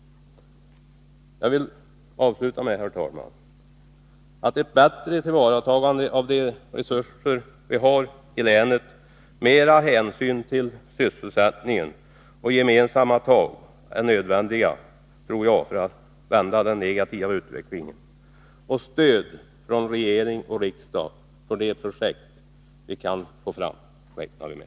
Jag vill avsluta med att framhålla att ett bättre tillvaratagande av de resurser vi har i länet, mera hänsyn till sysselsättningen och gemensamma tag är nödvändigt för att vända den negativa utvecklingen. Och stöd från regering och riksdag för de projekt vi kan få fram räknar vi med.